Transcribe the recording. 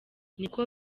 niko